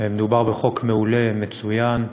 מדובר בחוק מעולה ומצוין,